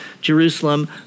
Jerusalem